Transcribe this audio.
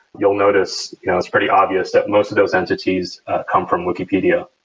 you'll notice you know it's pretty obvious that most of those entities come from wikipedia,